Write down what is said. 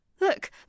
Look